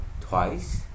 twice